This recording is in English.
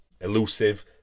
elusive